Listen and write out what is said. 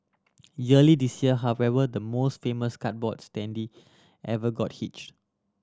earlier this year however the most famous cardboard standee ever got hitched